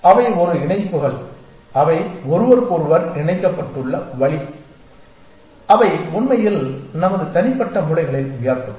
அவை ஒரு இணைப்புகள் அவை ஒருவருக்கொருவர் இணைக்கப்பட்டுள்ள வழி அவை உண்மையில் நமது தனிப்பட்ட மூளைகளை உயர்த்தும்